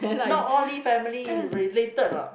not all lee family related hor